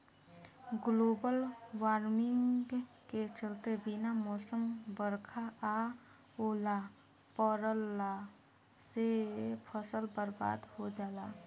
global warming के चलते बिना मौसम बरखा आ ओला पड़ला से फसल बरबाद हो जाला